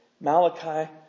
Malachi